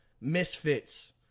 misfits